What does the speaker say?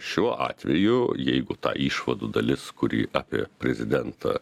šiuo atveju jeigu ta išvadų dalis kuri apie prezidentą